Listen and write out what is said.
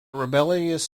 rebellious